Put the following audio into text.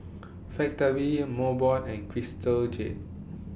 Factorie Mobot and Crystal Jade